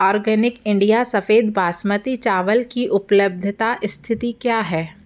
organic India सफ़ेद बासमती चावल की उपलब्धता स्थिति क्या है